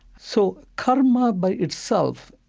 so karma, by itself,